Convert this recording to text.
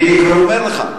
אני אומר לך.